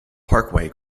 parkway